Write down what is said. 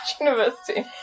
university